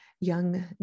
young